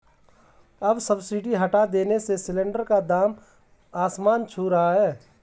अब सब्सिडी हटा देने से सिलेंडर का दाम आसमान छू रहा है